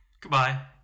Goodbye